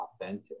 authentic